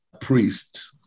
priest